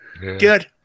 Good